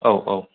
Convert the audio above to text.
औ औ